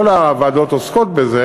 כל הוועדות עוסקות בזה,